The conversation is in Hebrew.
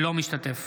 אינו משתתף